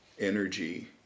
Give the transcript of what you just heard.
energy